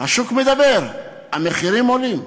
השוק מדבר, המחירים עולים.